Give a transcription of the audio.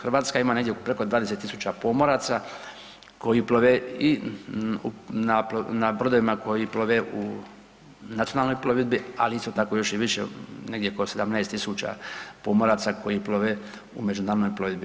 Hrvatska ima negdje preko 20.000 pomoraca koji plove i na brodovima koji plove u nacionalnoj plovidbi, ali isto tako još i više negdje oko 17.000 pomoraca koji plove u međunarodnoj plovidbi.